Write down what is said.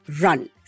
run